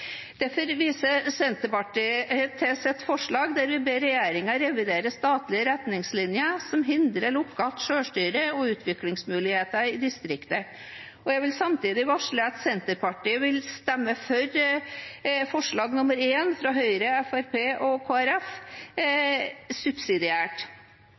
Derfor viser Senterpartiet til sitt forslag der vi ber regjeringen revidere statlige retningslinjer som hindrer lokalt selvstyre og utviklingsmuligheter i distriktene. Jeg vil samtidig varsle at Senterpartiet subsidiært vil stemme for forslag nr. 1, fra Høyre, Fremskrittspartiet og